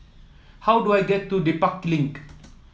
how do I get to Dedap Link